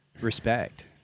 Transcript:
Respect